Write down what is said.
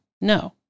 no